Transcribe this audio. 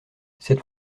cette